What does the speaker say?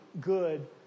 good